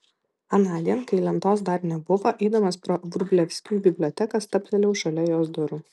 anądien kai lentos dar nebuvo eidamas pro vrublevskių biblioteką stabtelėjau šalia jos durų